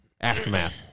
aftermath